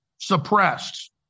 suppressed